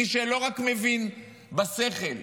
מי שלא מבין רק בשכל,